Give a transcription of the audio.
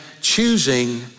choosing